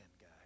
guy